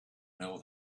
know